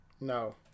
No